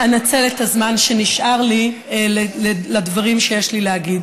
אנצל את הזמן שנשאר לי לדברים שיש לי להגיד.